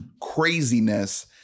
craziness